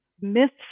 myths